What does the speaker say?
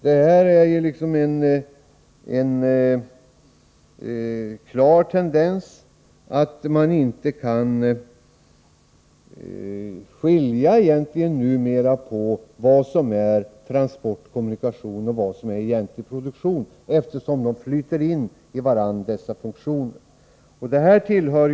Det är en klar tendens att man numera egentligen inte kan skilja på vad som är transport/kommunikation och vad som är egentlig produktion, eftersom dessa funktioner flyter in i varandra.